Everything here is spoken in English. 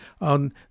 on